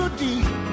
deep